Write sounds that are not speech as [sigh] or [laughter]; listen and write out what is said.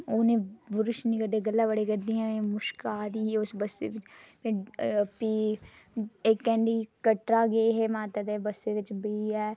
उ'नें ब्रश निं करदे गल्लां बड़ियां करदियां हा मुश्क आ दी ही उस बस्सै च फ्ही इक [unintelligible] कटड़ा गे हे माता दी बस्सा बिच बेहियै